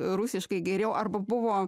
rusiškai geriau arba buvo